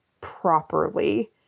properly